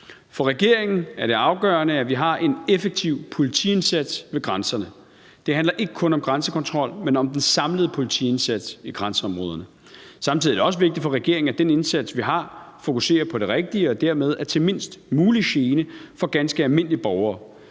For regeringen er det afgørende, at vi har en effektiv politiindsats ved grænserne. Det handler ikke kun om grænsekontrol, men om den samlede politiindsats i grænseområderne. Samtidig er det også vigtigt for regeringen, at den indsats, vi har, fokuserer på det rigtige og dermed er til mindst mulig gene for ganske almindelige borgere.